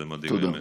זה מדאיג, באמת.